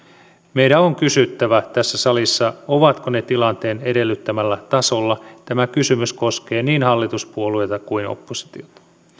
meidän on kysyttävä tässä salissa ovatko ne tilanteen edellyttämällä tasolla tämä kysymys koskee niin hallituspuolueita kuin oppositiota